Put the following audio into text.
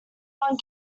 one